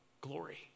Glory